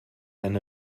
eine